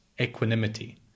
equanimity